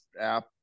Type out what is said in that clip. app